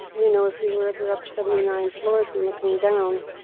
you know if you were ever up seventy nine floors and looking down,